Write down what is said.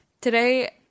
Today